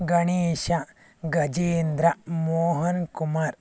Ganesha Gajendra Mohan Kumar